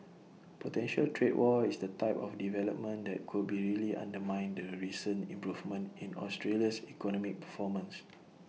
potential trade war is the type of development that could be really undermine the recent improvement in Australia's economic performance